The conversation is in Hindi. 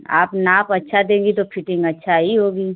आप नाप अच्छा देंगी तो फिटिंग अच्छी ही होगी